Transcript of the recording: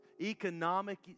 economic